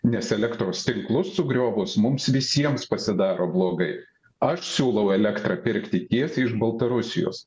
nes elektros tinklus sugriovus mums visiems pasidaro blogai aš siūlau elektrą pirkti tiesiai iš baltarusijos